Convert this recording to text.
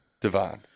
divine